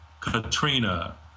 Katrina